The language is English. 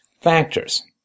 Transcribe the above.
factors